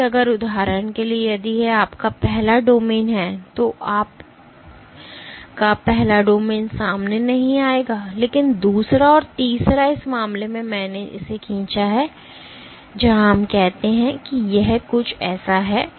इसलिए अगर उदाहरण के लिए यदि यह आपका पहला डोमेन है तो आपका पहला डोमेन सामने नहीं आएगा लेकिन दूसरा और तीसरा इस मामले में मैंने इसे खींचा है यह मामला है जहां हम कहते हैं कि यह कुछ ऐसा है